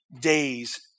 days